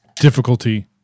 Difficulty